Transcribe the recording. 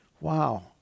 wow